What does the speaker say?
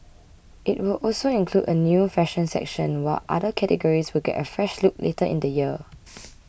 it will also include a new fashion section while other categories will get a fresh look later in the year